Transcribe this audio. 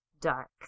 dark